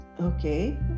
okay